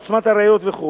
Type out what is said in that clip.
עוצמת הראיות וכו'.